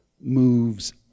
moves